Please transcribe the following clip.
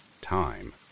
time